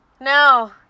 no